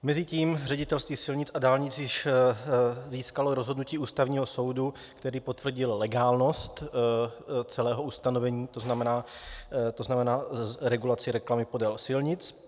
Mezitím Ředitelství silnic a dálnic již získalo rozhodnutí Ústavního soudu, který potvrdil legálnost celého ustanovení, to znamená regulaci reklamy podél silnic.